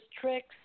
tricks